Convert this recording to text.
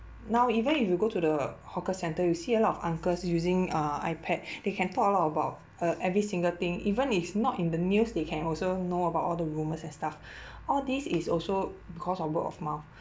now even if you go to the hawker centre you see a lot of uncles using uh ipad they can talk a lot about uh every single thing even if not in the news they can also know about all the rumours and stuff all these is also because of word of mouth